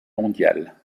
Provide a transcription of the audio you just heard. mondiale